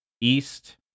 east